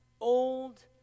old